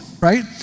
right